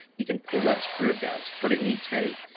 you can pull that strip out. it's pretty neat tape.